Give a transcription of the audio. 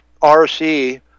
RC